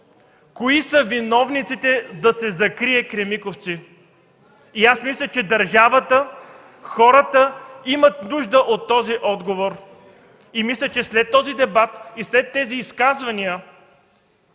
кои са виновниците да се закрие „Кремиковци”? Мисля, че държавата, хората имат нужда от този отговор. Мисля, че след този дебат и след тези изказвания